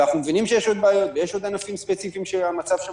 ואנחנו מבינים שיש עוד בעיות ויש עוד ענפים ספציפיים שהמצב שם